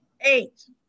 Eight